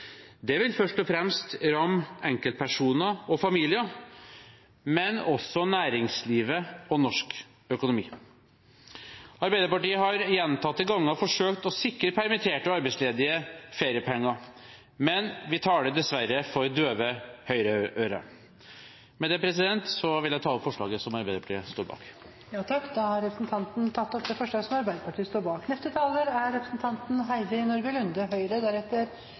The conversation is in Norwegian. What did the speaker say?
Det vil først og fremst ramme enkeltpersoner og familier, men også næringslivet og norsk økonomi. Arbeiderpartiet har gjentatte ganger forsøkt å sikre permitterte og arbeidsledige feriepenger, men vi taler dessverre for døve høyreører. Med det vil jeg ta opp forslaget som Arbeiderpartiet står bak sammen med Senterpartiet og SV. Representanten Arild Grande har tatt opp det forslaget han refererte til. En av styrkene ved det norske velferdssystemet, om ikke norsk politisk retorikk, er